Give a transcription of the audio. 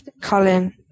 Colin